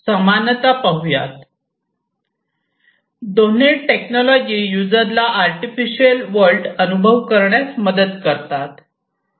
या दोन्ही टेक्नॉलॉजी युजरला आर्टिफिशियल वर्ल्ड तयार करण्यास मदत करतात